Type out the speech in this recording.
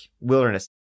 wilderness